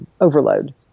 overload